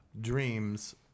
Dreams